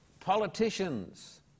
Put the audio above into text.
Politicians